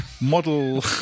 Model